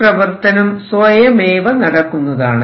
ഈ പ്രവർത്തനം സ്വയമേവ നടക്കുന്നതാണ്